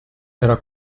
era